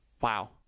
wow